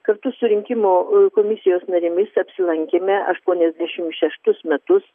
kartu su rinkimo komisijos narėmis apsilankėme aštuoniasdešim šeštus metus